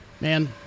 Man